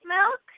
Milk